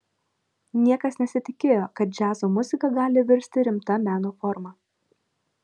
niekas nesitikėjo kad džiazo muzika gali virsti rimta meno forma